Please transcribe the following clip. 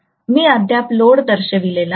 मी अद्याप लोड दर्शविलेले नाही